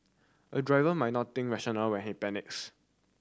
a driver might not think rational when he panics